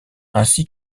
ainsi